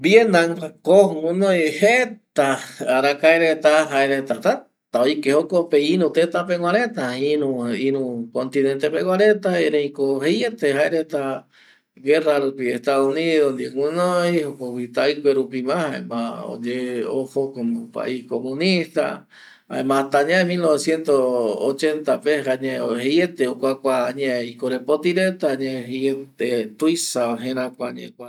Vienam ko guinoi jeta arakae reta, jae reta tata oike jokope iru teta pegua reta iru, iru continente pegua reta ereiko jeiete jae reta guerra rupi, estados unido ndie guɨnoi jokogui taikue rupi ma jaema oye, ojo como pais comunista jaema hasta añae mil noveciento ochenta pe añae jeiete okuakua añae i corepoti reta añaae jeiete tuisava jerakua